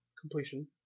completion